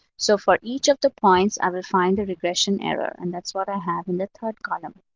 so for each of the points, i will find a regression error, and that's what i have in the third column.